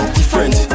different